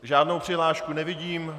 Žádnou přihlášku nevidím.